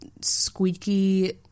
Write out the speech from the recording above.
squeaky